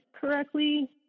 correctly